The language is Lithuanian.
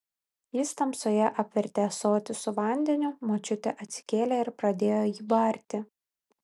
jis tamsoje apvertė ąsotį su vandeniu močiutė atsikėlė ir pradėjo jį barti